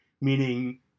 meaning